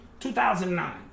2009